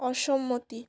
অসম্মতি